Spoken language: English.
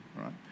right